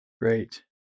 Great